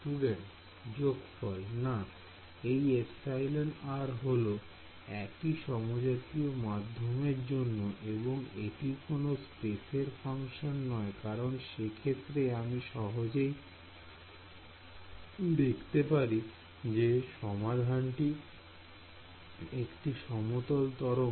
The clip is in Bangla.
Student যোগফল না এই εr হল একই সমজাতীয় মাধ্যমের জন্য এবং এটি কোন স্পেসের ফাংশন নয় কারণ সে ক্ষেত্রে আমি সহজেই দেখতে পারি যে সমাধানটি একটি সমতল তরঙ্গ